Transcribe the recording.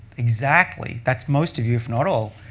exactly. that's most of you, if not all.